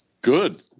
Good